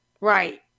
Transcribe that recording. Right